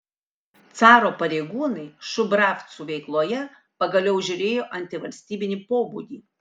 caro pareigūnai šubravcų veikloje pagaliau įžiūrėjo antivalstybinį pobūdį